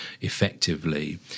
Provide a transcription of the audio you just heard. effectively